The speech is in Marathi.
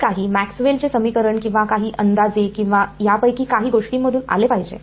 हे काही मॅक्सवेलचे समीकरण किंवा काही अंदाजे किंवा यापैकी काही गोष्टींमधून आले पाहिजे